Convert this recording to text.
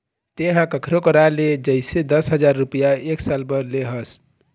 तेंहा कखरो करा ले जइसे दस हजार रुपइया एक साल बर ले हस